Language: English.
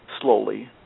slowly